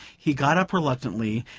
he got up reluctantly,